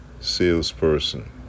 salesperson